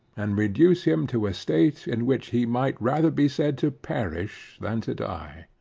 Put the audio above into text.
and reduce him to a state in which he might rather be said to perish than to die.